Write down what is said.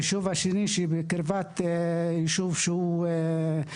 יישוב אחר שהוא בקרבת המועצה הוא דימונה.